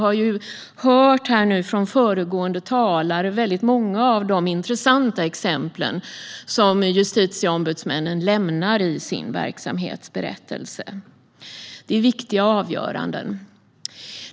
Av föregående talare har vi hört många av de intressanta exempel som justitieombudsmännen tar upp i sin ämbetsberättelse. Det handlar om viktiga avgöranden.